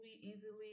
easily